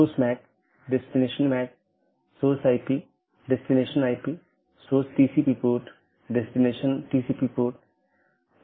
तो AS के भीतर BGP का उपयोग स्थानीय IGP मार्गों के विज्ञापन के लिए किया जाता है